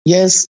Yes